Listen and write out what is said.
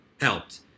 helped